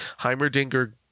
Heimerdinger